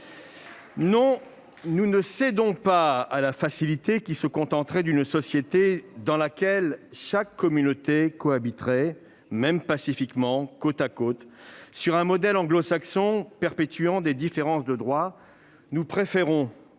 Non, nous ne cédons pas à la facilité consistant à se contenter d'une société dans laquelle chaque communauté cohabiterait, même pacifiquement, côte à côte, sur un modèle anglo-saxon perpétuant des différences de droit. Nous préférons